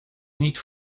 niet